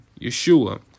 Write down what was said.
Yeshua